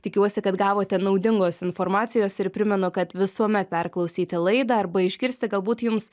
tikiuosi kad gavote naudingos informacijos ir primenu kad visuomet perklausyti laidą arba išgirsti galbūt jums